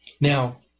Now